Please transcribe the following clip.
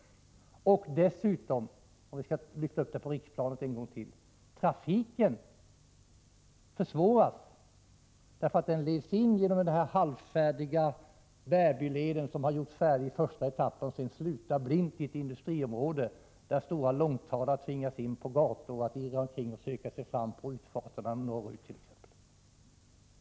Dessutom är det så — för att ännu en gång lyfta frågan till riksplanet — att trafiken försvåras därför att den leds in genom den halvfärdiga s.k. Bärbyleden. Den har ju gjorts färdig i en första etapp men slutar sedan blint i ett industriområde, vilket gör att stora långtradare tvingas in på smågator där de söker sig fram till utfarterna norrut.